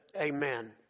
Amen